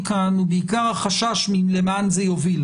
כאן הוא בעיקר החשש מלאן זה יוביל